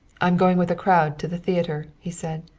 i'm going with a crowd to the theater, he said.